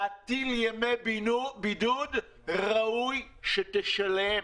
להטיל ימי בידוד, ראוי שתשלם.